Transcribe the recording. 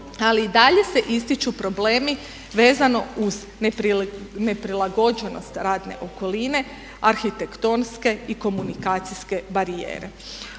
ali i dalje se ističu problemi vezano uz neprilagođenost radne okoline, arhitektonske i komunikacijske barijere.